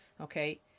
okay